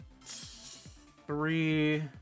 three